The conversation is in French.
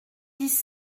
dix